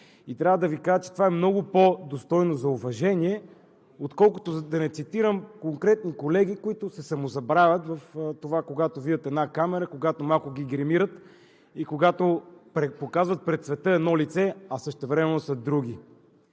Трябва да Ви кажа, че това е много по-достойно за уважение, отколкото да рецитирам конкретни колеги, които се самозабравят в това, когато видят камера, когато малко ги гримират и когато показват пред света едно лице, а същевременно са други.